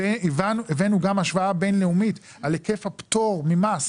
הבאנו גם השוואה בין לאומית על היקף הפטור ממס